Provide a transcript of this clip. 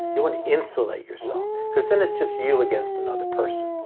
you want to insulate yourself. because then it's just you against another person.